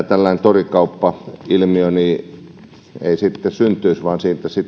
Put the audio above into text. tällainen torikauppailmiö vaan